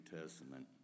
Testament